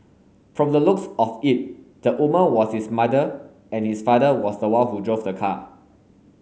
from the looks of it the woman was his mother and his father was the one who drove the car